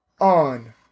on